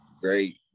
great